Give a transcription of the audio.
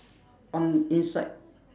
on inside